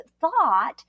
thought